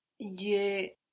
Je